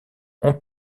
ont